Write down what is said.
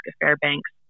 Fairbanks